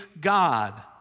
God